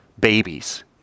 babies